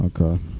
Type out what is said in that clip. Okay